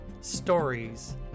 stories